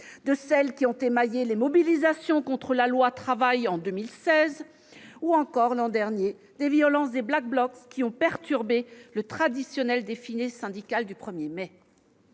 de celles qui ont émaillé les mobilisations contre le projet de loi Travail en 2016 ; ou encore, l'an dernier, des violences des Black Blocs qui ont perturbé le traditionnel défilé syndical du 1 mai.